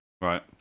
right